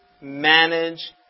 manage